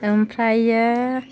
ओमफ्रायो